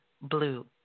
blue